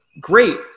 great